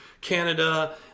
Canada